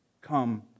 come